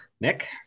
Nick